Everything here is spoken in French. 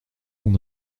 mon